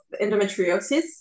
endometriosis